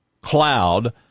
cloud